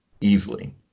easily